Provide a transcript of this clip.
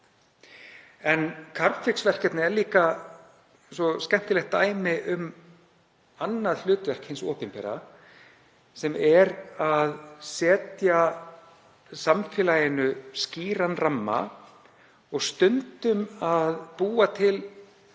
Carbfix-verkefnið er líka svo skemmtilegt dæmi um annað hlutverk hins opinbera, sem er að setja samfélaginu skýran ramma og stundum að búa til